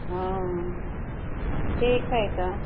हँ ठीक हइ तऽ